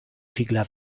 figla